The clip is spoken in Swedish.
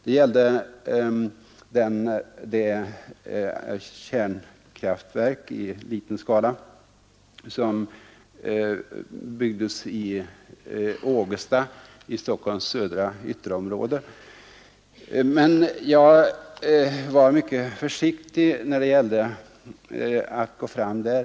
Det gällde det kärnkraftverk i liten skala som byggdes i Ågesta i Stockholms södra ytterområden. Jag var mycket försiktig med att gå fram där.